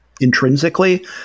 Intrinsically